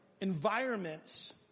environments